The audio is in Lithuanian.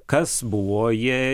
kas buvo jie